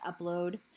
upload